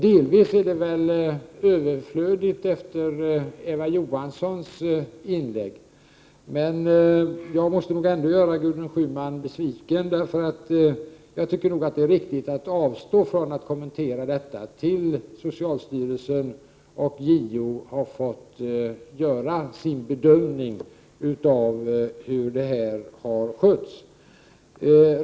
Delvis är det överflödigt efter Eva Johanssons inlägg, men jag måste nog ändå göra Gudrun Schyman besviken, för jag tycker att det är riktigt att avstå från att kommentera projektet till dess socialstyrelsen och JO har fått göra sin bedömning av hur arbetet har skötts.